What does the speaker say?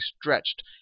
stretched